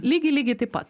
lygiai lygiai taip pat